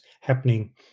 happening